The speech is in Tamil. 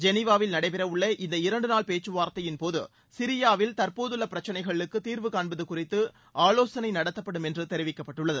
ஜெனீவாவில் நடைபெறவுள்ள இந்த இரண்டுநாள் பேச்சுவார்த்தையின்போது சிரியாவில் தற்போதுள்ள பிரச்சினைகளுக்கு தீர்வு காண்பது குறித்து ஆலோசனை நடத்தப்படும் என்று தெரிவிக்கப்பட்டுள்ளது